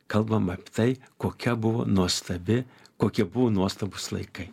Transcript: kalbam apie tai kokia buvo nuostabi kokie buvo nuostabūs laikai